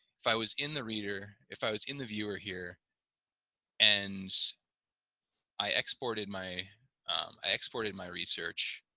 if i was in the reader, if i was in the viewer here and i exported my i exported my research,